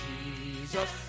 Jesus